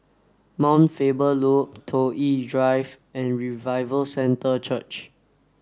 Mount Faber Loop Toh Yi Drive and Revival Centre Church